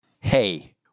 Hey